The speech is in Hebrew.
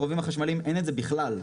ברובים החשמליים אין את זה בכלל.